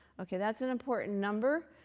ok, that's an important number.